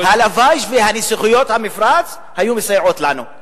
הלוואי שנסיכויות המפרץ היו מסייעות לנו.